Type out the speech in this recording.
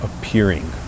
appearing